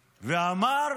ואמר: